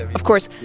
of course,